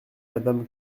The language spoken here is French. madame